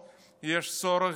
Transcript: יש צורך דחוף